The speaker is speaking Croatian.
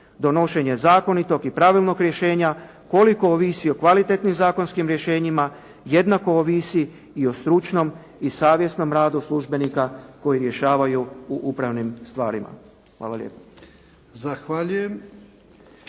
donošenje zakonitog i pravilnog rješenja koliko ovisi o kvalitetnim zakonskim rješenjima, jednako ovisi i o stručnom i savjesnom radu službenika koji rješavaju u upravnim stvarima. Hvala lijepa.